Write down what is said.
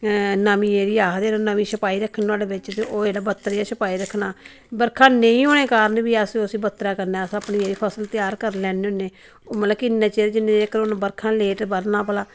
नमीं जेह्ड़ी आखदे न नमीं छपाई रक्खना बिच ते ओह् जेह्ड़ा बत्तर छपाई रक्खना बर्खा नेईं होने कारण बी अस उसी बत्तरा कन्नै अस अपनी जेह्ड़ी फसल तैयार करी लैन्ने हुन्ने मतलब किन्ने चिर जिन्ने इक बर्खा लेट बरना भला